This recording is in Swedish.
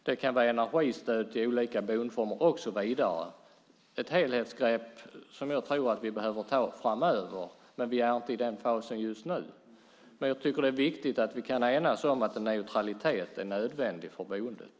Det kan vara energistöd till olika boendeformer och så vidare. Det är ett helhetsgrepp som jag tror att vi behöver ta framöver, men vi är inte i den fasen just nu. Jag tycker att det är viktigt att vi kan enas om att neutralitet är nödvändigt för boendet.